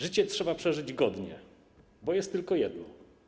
Życie trzeba przeżyć godnie, bo jest tylko jedno”